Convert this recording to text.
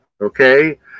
Okay